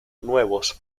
nuevos